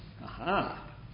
Aha